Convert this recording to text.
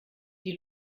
die